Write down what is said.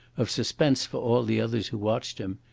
of suspense for all the others who watched him,